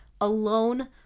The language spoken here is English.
alone